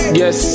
yes